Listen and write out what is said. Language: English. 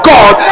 God